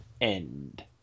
end